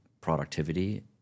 productivity